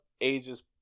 ages